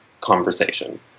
conversation